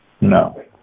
No